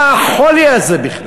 מה החולי הזה בכלל?